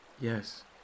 Yes